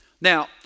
Now